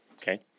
okay